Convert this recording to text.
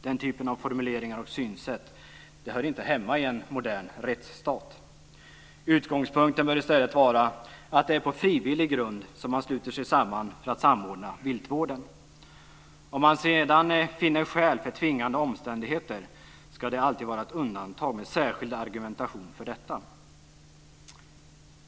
Den typen av formuleringar och synsätt hör inte hemma i en modern rättsstat. Utgångspunkten bör i stället vara att det är på frivillig grund som man sluter sig samman för att samordna viltvården. Om man sedan finner skäl för tvingande omständigheter, ska det alltid vara ett undantag med särskild argumentation för detta.